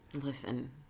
Listen